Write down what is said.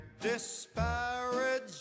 disparage